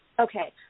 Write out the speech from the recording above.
Okay